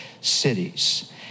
cities